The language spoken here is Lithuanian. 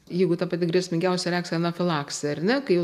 jeigu ta pati grėsmingiausia reakcija anafilaksija ar ne kai jau